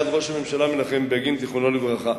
ראש הממשלה אז היה מנחם בגין, זיכרונו לברכה,